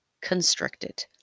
Constricted